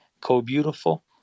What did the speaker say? co-beautiful